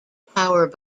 power